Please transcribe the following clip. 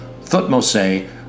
Thutmose